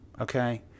okay